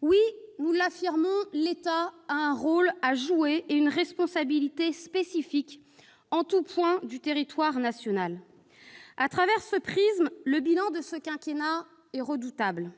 Oui, l'État a un rôle à jouer et une responsabilité spécifique, en tout point du territoire national. À travers ce prisme, le bilan de ce quinquennat est redoutable,